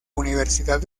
universidad